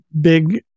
big